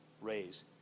raise